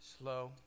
Slow